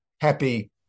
happy